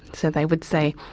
so they would say,